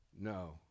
no